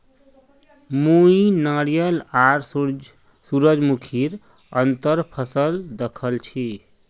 मुई नारियल आर सूरजमुखीर अंतर फसल दखल छी